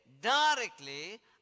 directly